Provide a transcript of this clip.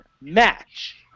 match